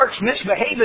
misbehaving